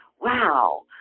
wow